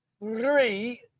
Three